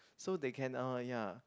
so they can orh ya